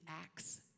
acts